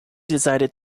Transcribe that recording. decided